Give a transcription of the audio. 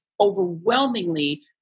overwhelmingly